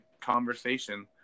conversation